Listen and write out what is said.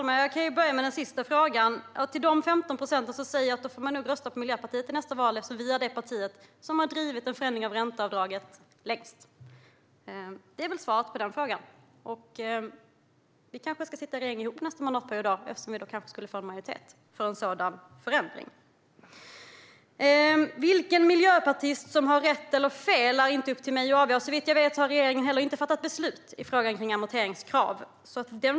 Herr talman! Låt mig börja med den sista frågan. Till dessa 15 procent säger jag att man nog får rösta på Miljöpartiet i nästa val, eftersom vi är det parti som längst har drivit en förändring av ränteavdraget. Det är svar på frågan. Våra båda partier borde kanske sitta tillsamman i regeringen under nästa mandatperiod, eftersom vi då skulle få majoritet för en sådan förändring. Det är inte upp till mig att avgöra vilken miljöpartist som har rätt och vem som har fel. Såvitt jag vet har regeringen heller inte fattat beslut vad gäller amorteringskravet.